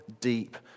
deep